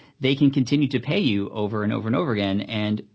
they can continue to pay you, over and over and over again, and,